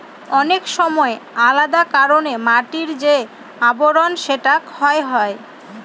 অনেক সময় আলাদা কারনে মাটির যে আবরন সেটা ক্ষয় হয়